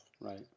Right